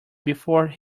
before